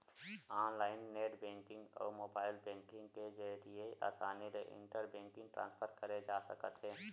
online net banking अउ mobile banking के जरिए असानी ले इंटर बेंकिंग ट्रांसफर करे जा सकत हे